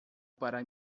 para